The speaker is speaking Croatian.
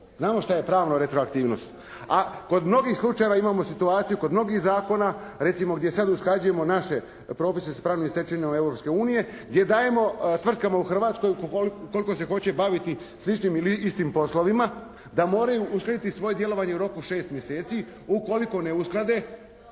Znamo što je pravno retroaktivnost. A kod mnogih slučajeva imamo situaciju, kod mnogih zakona recimo gdje sad usklađujemo naše propise sa pravnim stečevinama Europske unije gdje dajemo tvrtkama u Hrvatskoj ukoliko tko se hoće baviti sličnim ili istim poslovima da moraju uskladiti svoje djelovanje u roku 6 mjeseci. Ukoliko ne usklade